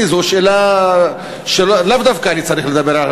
זו שאלה שלאו דווקא אני צריך לדבר עליה,